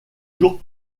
jours